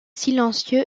silencieux